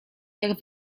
jak